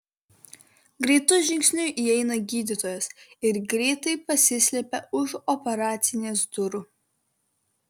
greitu žingsniu įeina gydytojas ir greitai pasislepia už operacinės durų